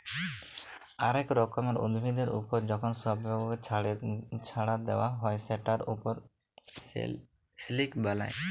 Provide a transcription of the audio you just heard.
অলেক রকমের উভিদের ওপর যখন শুয়পকাকে চ্ছাড়ে দেওয়া হ্যয় সেটার ওপর সে সিল্ক বালায়